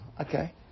okay